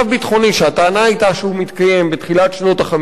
שהטענה היתה שהוא מתקיים בתחילת שנות ה-50,